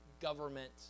government